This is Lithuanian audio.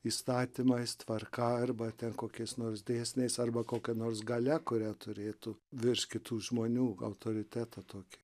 įstatymais tvarka arba kokiais nors dėsniais arba kokia nors galia kuria turėtų virš kitų žmonių autoritetą tokį